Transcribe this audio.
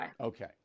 Okay